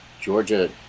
Georgia